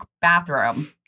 bathroom